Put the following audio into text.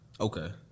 Okay